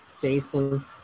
Jason